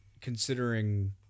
considering